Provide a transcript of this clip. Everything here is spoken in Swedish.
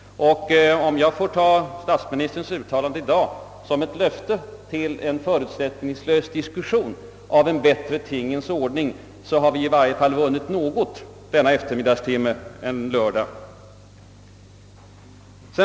Om jag får ta statsministerns uttalande i dag som ett löfte om en förutsättningslös diskussion kring en bättre tingens ordning, har vi i varje fall vunnit något denna eftermiddagstimme sent en lördag.